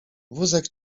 wózek